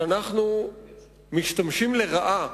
שאנחנו משתמשים לרעה